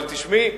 אבל תשמעי,